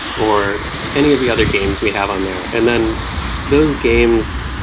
or any of the other games we have on there and then those games,